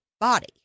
body